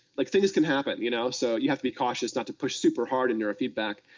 like things can happen, you know so you have to be cautious not to push super-hard in neurofeedback.